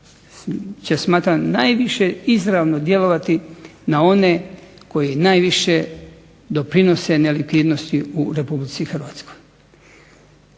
će smatram najviše izravno djelovati koji najviše doprinose nelikvidnosti u Republici Hrvatskoj.